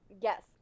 Yes